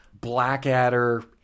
blackadder